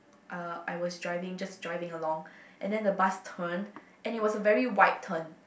uh I was driving just driving along and then the bus turn and it was a very wide turn